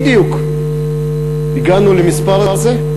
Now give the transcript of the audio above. בדיוק הגענו למספר הזה,